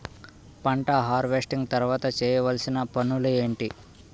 పంట హార్వెస్టింగ్ తర్వాత చేయవలసిన పనులు ఏంటి?